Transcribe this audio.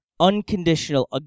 unconditional